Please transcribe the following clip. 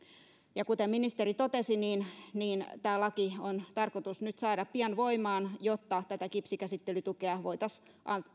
ja kuten ministeri totesi tämä laki on tarkoitus nyt saada pian voimaan jotta tätä kipsikäsittelytukea voitaisiin